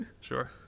Sure